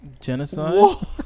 Genocide